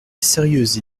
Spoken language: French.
sérieuse